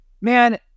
man